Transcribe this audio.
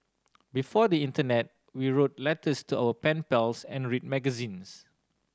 before the internet we wrote letters to our pen pals and read magazines